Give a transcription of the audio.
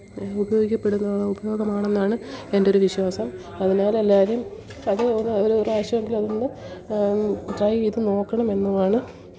ഉപയോഗിക്കപ്പെടുന്നു ഉപയോഗമാണ് എന്നാണ് എൻ്റെ ഒരു വിശ്വാസം അതിന് എല്ലാവരും അതൊരു ഒരു പ്രാവശ്യമെങ്കിലും അതൊന്ന് ട്രൈ ചെയ്തു നോക്കണം എന്നാണ്